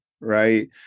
Right